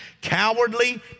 cowardly